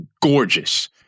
gorgeous